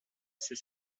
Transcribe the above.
ses